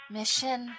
Mission